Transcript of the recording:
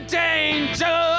danger